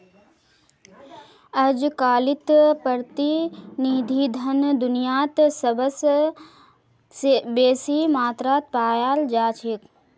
अजकालित प्रतिनिधि धन दुनियात सबस बेसी मात्रात पायाल जा छेक